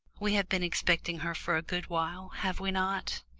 we have been expecting her for a good while, have we not?